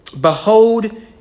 behold